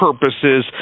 purposes